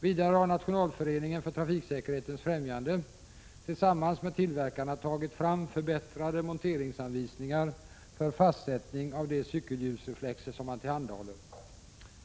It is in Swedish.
Vidare har Nationalföreningen för trafiksäkerhetens främjande tillsammans med tillverkarna tagit fram förbättrade monteringsanvisningar för fastsättning av de cykelhjulsreflexer som man tillhandahåller.